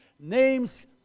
Names